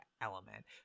element